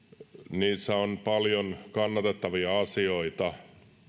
niissä on paljon kannatettavia asioita ja